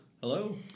Hello